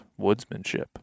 woodsmanship